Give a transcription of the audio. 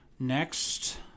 Next